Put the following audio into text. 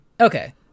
Okay